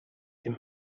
him